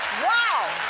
wow.